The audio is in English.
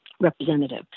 representative